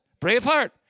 Braveheart